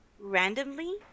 Randomly